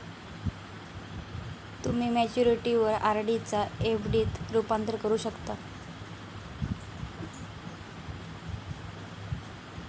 तुम्ही मॅच्युरिटीवर आर.डी चा एफ.डी त रूपांतर करू शकता